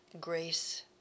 grace